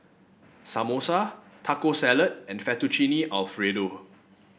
Samosa Taco Salad and Fettuccine Alfredo